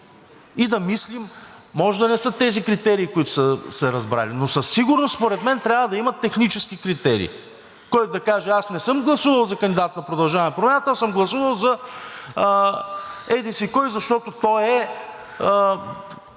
и да мислим. Може да не са тези критерии, които са се разбрали, но със сигурност, според мен, трябва да има технически критерий, който да каже: „Аз не съм гласувал за кандидат на „Продължаваме Промяната“, а съм гласувал за еди-си кой, защото той е